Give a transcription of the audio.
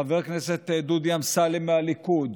חבר הכנסת דודי אמסלם מהליכוד,